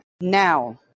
now